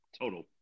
Total